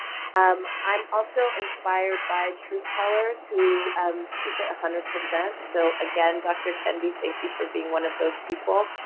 um i'm also inspired by truth tellers who keep it a hundred percent. so again dr. kendi, thank you for being one of those people.